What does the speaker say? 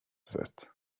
set